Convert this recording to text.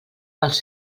pels